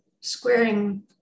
squaring